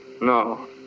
No